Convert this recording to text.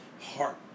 heart